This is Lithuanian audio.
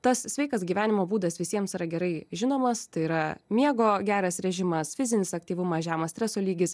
tas sveikas gyvenimo būdas visiems yra gerai žinomas tai yra miego geras režimas fizinis aktyvumas žemas streso lygis